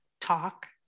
talk